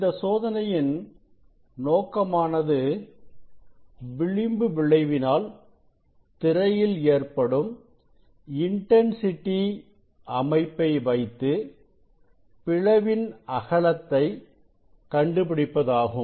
இந்த சோதனையின் நோக்கமானது விளிம்பு விளைவினால் திரையில் ஏற்படும் இன்டன்சிட்டி அமைப்பை வைத்து பிளவின் அகலத்தை கண்டு பிடிப்பதாகும்